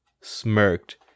smirked